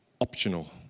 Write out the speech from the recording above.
optional